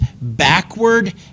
backward